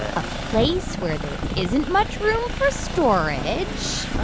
a place where there isn't much room for storage.